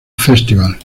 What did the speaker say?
festival